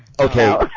Okay